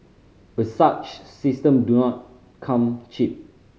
but such system do not come cheap